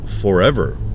forever